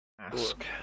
Ask